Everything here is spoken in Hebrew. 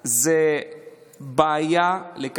זה שוב ירד בגלל